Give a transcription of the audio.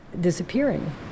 disappearing